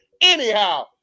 Anyhow